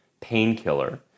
painkiller